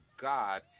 God